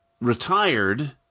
retired